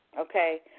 okay